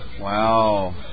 Wow